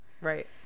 right